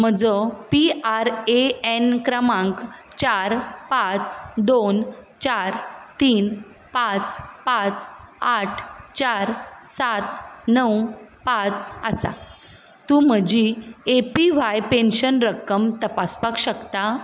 म्हजो P R A N क्रमांक चार पाच दोन चार तीन पांच पांच आठ चार सात णव पांच आसा तूं म्हजी ए पी व्हाय पेन्शन रक्कम तपासपाक शकता